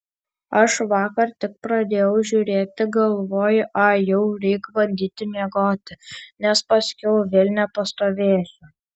aš vakar tik pradėjau žiūrėti galvoju ai jau reik bandyti miegoti nes paskiau vėl nepastovėsiu